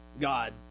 god